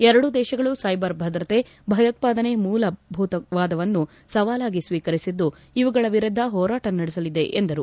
ಎರಡೂ ದೇಶಗಳು ಸ್ಟೆಬರ್ ಭದ್ರತೆ ಭಯೋತ್ವಾದನೆ ಮೂಲಭೂತವಾದವನ್ನು ಸವಾಲಾಗಿ ಸ್ವೀಕರಿಸಿದ್ದು ಇವುಗಳ ವಿರುದ್ಧ ಹೋರಾಟ ನಡೆಸಲಿದೆ ಎಂದು ಹೇಳಿದರು